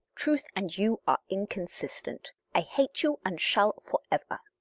truth and you are inconsistent i hate you, and shall for ever.